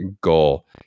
goal